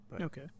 okay